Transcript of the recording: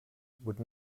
would